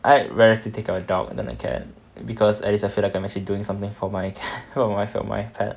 I prefer to take a dog than a cat because at least I feel like I'm actually doing something for my life and my pet